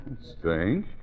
Strange